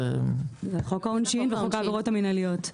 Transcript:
חוק העונשין וחוק העבירות המינהליות.